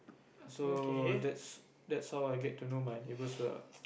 so that's that's how I get to know my neighbors well ah